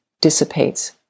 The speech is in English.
dissipates